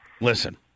listen